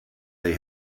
they